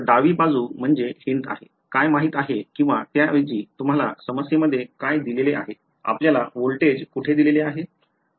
तर डावी बाजू म्हणजे हिंट आहे काय माहित आहे किंवा त्याऐवजी तुम्हाला समस्येमध्ये काय दिलेले आहे आपल्याला व्होल्टेज कुठे दिलेले आहे